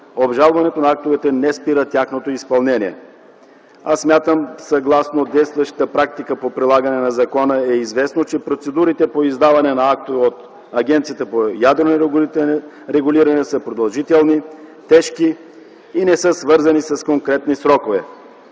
Обжалването на актове не спира тяхното изпълнение. Съгласно действащата практика по прилагане на закона е известно, че процедурите по издаване на актове от Агенцията по ядрено регулиране са продължителни, тежки и не са свързани с конкретни срокове.